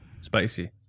Spicy